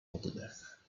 oddech